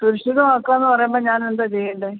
സുരക്ഷിതമാക്കാന്ന് പറയുമ്പം ഞാനെന്താ ചെയ്യേണ്ടത്